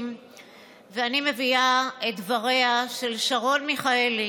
אני מביאה את דבריה של שרון מיכאלי,